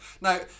Now